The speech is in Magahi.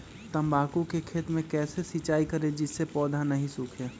तम्बाकू के खेत मे कैसे सिंचाई करें जिस से पौधा नहीं सूखे?